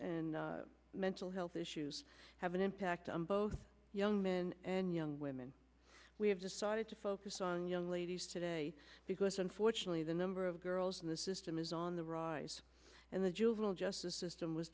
and mental health issues have an impact on both young men and young women we have decided to focus on young ladies today because unfortunately the number of girls in the system is on the rise and the juvenile justice system was